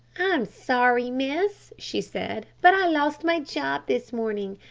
i'm sorry, miss, she said, but i lost my job this morning.